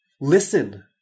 listen